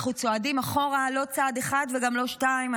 אנחנו צועדים אחורה לא צעד אחד וגם לא שניים,